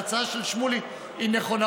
ההצעה של שמולי היא נכונה,